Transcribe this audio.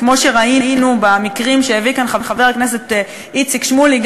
כמו שראינו במקרים שהביא כאן חבר הכנסת איציק שמולי,